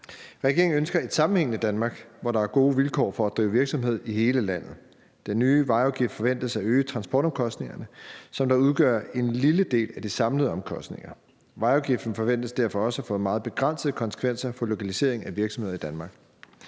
Regeringen ønsker et sammenhængende Danmark, hvor der er gode vilkår for at drive virksomhed i hele landet. Den nye vejafgift forventes at øge transportomkostningerne, som udgør en lille del af de samlede omkostninger. Vejafgiften forventes derfor også at få meget begrænsede konsekvenser for lokalisering af virksomheder i Danmark.